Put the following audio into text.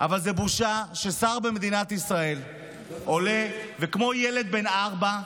אבל זו בושה ששר במדינת ישראל עולה וכמו ילד בן ארבע,